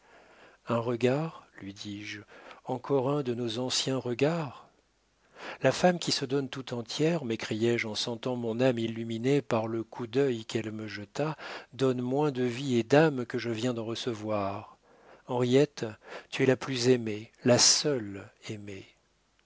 un regard lui dis-je encore un de nos anciens regards la femme qui se donne tout entière m'écriai-je en sentant mon âme illuminée par le coup d'œil qu'elle me jeta donne moins de vie et d'âme que je viens d'en recevoir henriette tu es la plus aimée la seule aimée